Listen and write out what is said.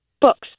Books